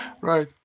Right